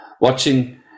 watching